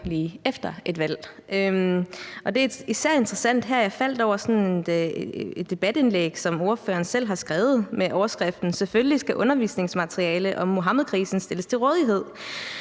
lige efter et valg. Det er især interessant her. Jeg faldt over sådan et debatindlæg, som ordføreren selv har skrevet, med overskriften »Selvfølgelig skal undervisningsmateriale om Muhammedkrisen stilles til rådighed«,